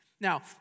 Now